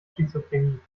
schizophrenie